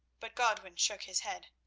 but godwin shook his head.